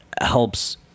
helps